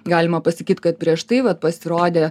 galima pasakyt kad prieš tai vat pasirodė